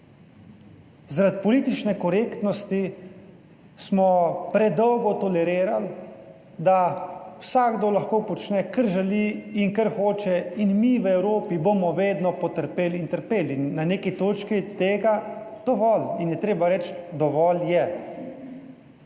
Zaradi politične korektnosti smo predolgo tolerirali, da vsakdo lahko počne, kar želi in kar hoče in mi v Evropi bomo vedno potrpeli in trpeli. In na neki točki je tega dovolj in je treba reči, dovolj je,